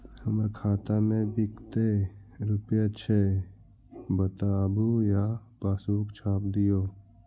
हमर खाता में विकतै रूपया छै बताबू या पासबुक छाप दियो?